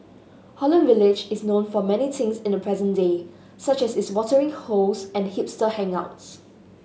Holland Village is known for many things in the present day such as its watering holes and hipster hangouts